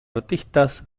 artistas